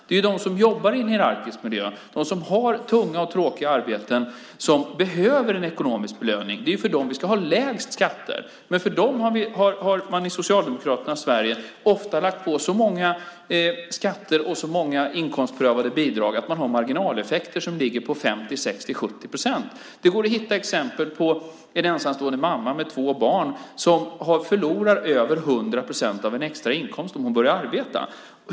Det är de som jobbar i en hierarkisk miljö, de som har tunga och tråkiga arbeten som behöver en ekonomisk belöning. Det är för dem vi ska ha lägst skatter, men för dem har man i Socialdemokraternas Sverige ofta lagt på så många skatter och så många inkomstprövade bidrag att det blivit marginaleffekter som ligger på 50-70 procent. Det går att hitta exempel på en ensamstående mamma med två barn som förlorar över 100 procent av en extra inkomst om hon börjar arbeta.